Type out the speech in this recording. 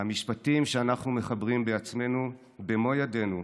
המשפטים שאנחנו מחברים בעצמנו, במו ידינו,